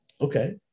Okay